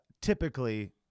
typically